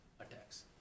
attacks